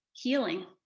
healing